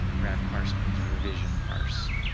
rev par speeds revision parse